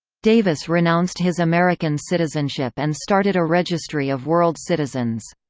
davis renounced his american citizenship and started a registry of world citizens.